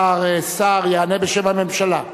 השר סער יענה בשם הממשלה,